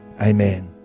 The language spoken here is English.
Amen